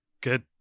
Good